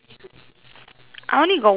I only got one